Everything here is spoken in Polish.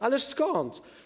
Ależ skąd.